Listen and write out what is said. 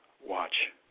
Watch